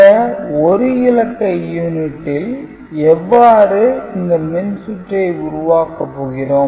B இந்த 1 இலக்க யூனிட்டில் எவ்வாறு இந்த மின்சுற்றை உருவாக்கப் போகிறோம்